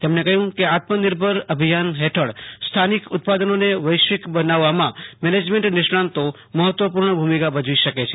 તેમણે કહ્યું કે આત્મનિર્ભર અભિયાન હેઠળ સ્થાનિક ઉત્પાદનોને વૈશ્વિક બનાવવામાં મેનેજમેન્ટ નિષ્ણાતો મહત્ત્વપૂ ર્જા ભુમિકા ભજવી શકે છે